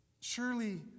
Surely